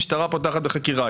משטרה פותחת בחקירה.